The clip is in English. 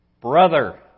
brother